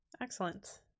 Excellent